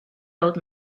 old